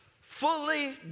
Fully